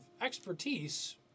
expertise